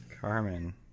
Carmen